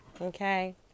Okay